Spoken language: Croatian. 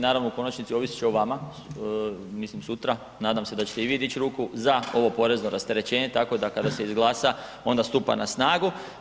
Naravno u konačnici ovisit će o vama, mislim sutra, nadam se da ćete i vi dići ruku za ovo porezno rasterećenje tako da kada se izglasa onda stupa na snagu.